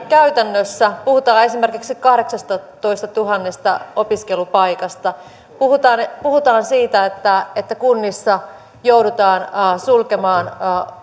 käytännössä puhutaan esimerkiksi kahdeksastatoistatuhannesta opiskelupaikasta puhutaan siitä että että kunnissa joudutaan sulkemaan